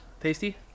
Tasty